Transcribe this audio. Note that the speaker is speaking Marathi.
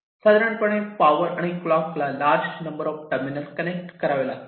साधारणपणे पावर आणि क्लॉक ला large number of terminal connect करावे लागतात